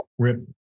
Rip